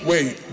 Wait